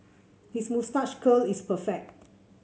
his moustache curl is perfect